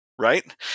right